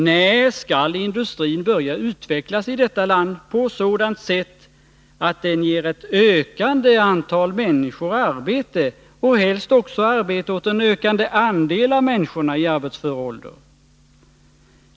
När skall industrin börja utvecklas i detta land på sådant sätt att den ger ett ökande antal människor arbete och helst också arbete åt en ökande andel av människorna i arbetsför ålder?